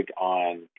on